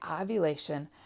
ovulation